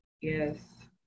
Yes